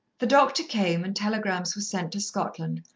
the doctor came and telegrams were sent to scotland,